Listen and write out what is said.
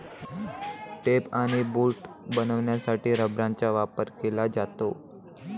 tape आणि boot बनवण्यासाठी रबराचा वापर केला जातो